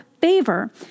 favor